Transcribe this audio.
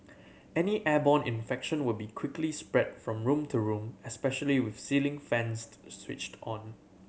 any airborne infection would be quickly spread from room to room especially with ceiling fans switched on